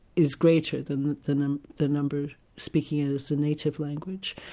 is greater than than ah the numbers speaking as the native language.